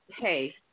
hey